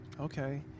Okay